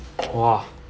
!wah!